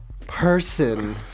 person